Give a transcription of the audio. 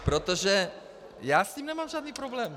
Protože já s ním nemám žádný problém.